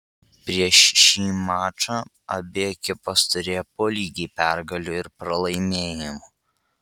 prieš šį mačą abi ekipos turėjo po lygiai pergalių ir pralaimėjimų